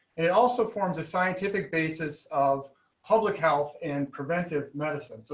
it also forms a scientific basis of public health and preventive medicine. so